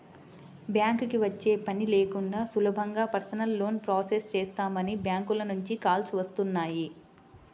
బ్యాంకుకి వచ్చే పని లేకుండా సులభంగా పర్సనల్ లోన్ ప్రాసెస్ చేస్తామని బ్యాంకుల నుంచి కాల్స్ వస్తున్నాయి